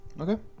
Okay